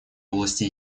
области